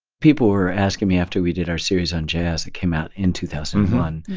people were asking me after we did our series on jazz that came out in two thousand and one,